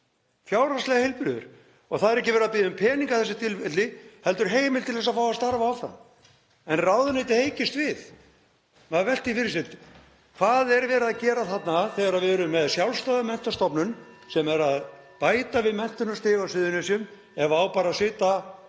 fjárhagslega heilbrigður. Og það er ekki verið að biðja um peninga í þessu tilfelli heldur heimild til þess að fá að starfa áfram. En ráðuneytið heykist við. Maður veltir því fyrir sér: Hvað er verið að gera þarna þegar við erum með sjálfstæða menntastofnun sem er að bæta við menntunarstig á Suðurnesjum ef það á bara að sitja